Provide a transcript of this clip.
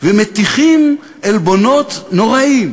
ומטיחים עלבונות נוראים